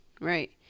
Right